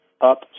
up